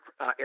Air